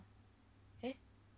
eh